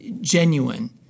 genuine